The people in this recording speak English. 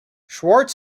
schwarz